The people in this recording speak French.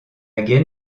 gaine